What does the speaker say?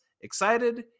excited